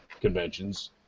conventions